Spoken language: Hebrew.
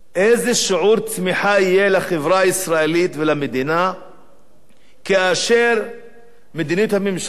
איזה שיעור צמיחה יהיה לחברה הישראלית ולמדינה כאשר לפי מדיניות הממשלה,